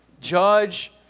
judge